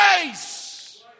grace